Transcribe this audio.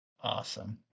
awesome